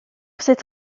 cette